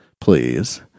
please